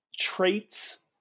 Traits